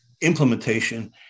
implementation